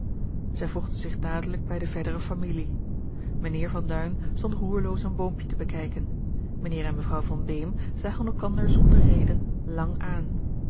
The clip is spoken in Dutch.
zij voegde zich dadelijk bij de verdere familie mijnheer van duin stond roerloos een boompje te bekijken mijnheer en mevrouw van beem zagen elkander zonder reden lang aan